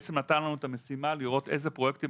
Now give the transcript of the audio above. בעצם הוא נתן לנו את המשימה לראות איזה פרויקטים